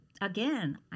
Again